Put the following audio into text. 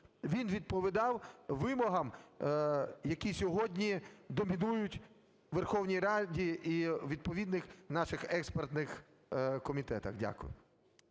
він відповідав вимогам, які сьогодні домінують у Верховній Раді і у відповідних наших експертних комітетах. Дякую.